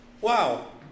wow